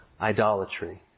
idolatry